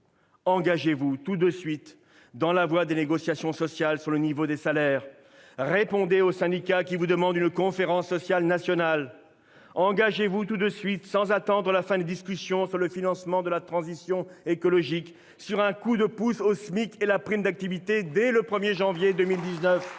engagez-vous tout de suite dans la voie des négociations sociales sur le niveau des salaires. Répondez aux syndicats qui vous demandent une conférence sociale nationale. Engagez-vous tout de suite, sans attendre la fin des discussions sur le financement de la transition écologique, sur un coup de pouce au SMIC et à la prime d'activité dès le 1 janvier 2019